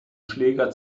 schläger